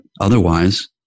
Otherwise